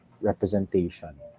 representation